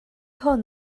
hwn